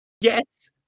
Yes